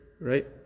Right